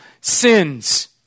sins